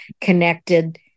connected